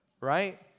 Right